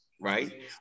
right